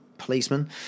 policeman